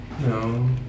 No